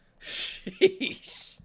Sheesh